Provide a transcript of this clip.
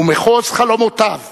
ומחוז חלומותיו